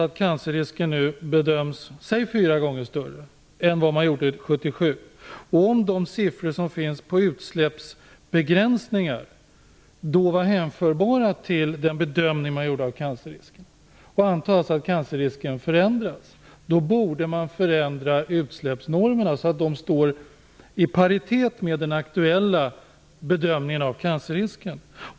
Om cancerrisken nu bedöms säg fyra gånger större än 1977 och om de siffror som finns gällande utsläppsbegränsningar då var hänförbara till den bedömning gjordes av cancerrisken och man antar att cancerrisken har förändrats, borde man förändra utsläppsnormerna så att de står i paritet med den aktuella bedömningen av cancerrisken.